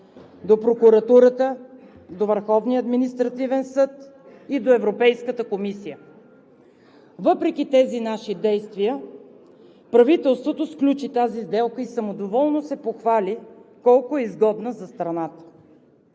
до прокуратурата, до Върховния административен съд и до Европейската комисия. Въпреки тези наши действия правителството сключи тази сделка и самодоволно се похвали колко е изгодна за страната.